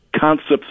concepts